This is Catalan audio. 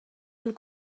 del